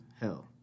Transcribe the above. Hell